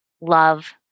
love